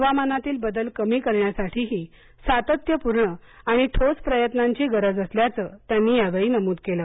हवामानातील बदल कमी करण्यासाठीही सातत्यपूर्ण आणि ठोस प्रयत्नांची गरज असल्याचं त्यांनी यावेळी नमूद केलं